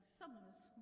summer's